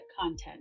content